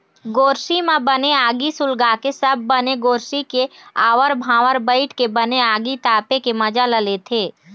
गोरसी म बने आगी सुलगाके सब बने गोरसी के आवर भावर बइठ के बने आगी तापे के मजा ल लेथे